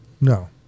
No